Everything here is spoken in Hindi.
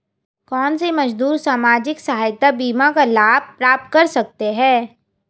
कौनसे मजदूर सामाजिक सहायता बीमा का लाभ प्राप्त कर सकते हैं?